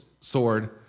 sword